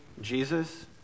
Jesus